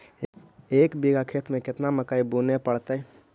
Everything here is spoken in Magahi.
एक बिघा खेत में केतना मकई बुने पड़तै?